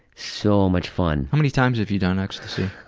so much fun. how many times have you done ecstasy?